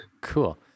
Cool